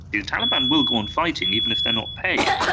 the taliban will go on fighting, even if they are not paid.